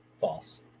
False